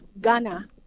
ghana